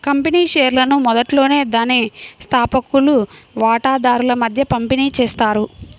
company షేర్లను మొదట్లోనే దాని స్థాపకులు వాటాదారుల మధ్య పంపిణీ చేస్తారు